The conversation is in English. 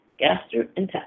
gastrointestinal